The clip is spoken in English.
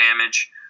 damage